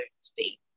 state